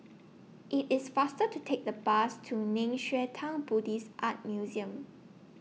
IT IS faster to Take The Bus to Nei Xue Tang Buddhist Art Museum